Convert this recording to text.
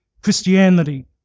christianity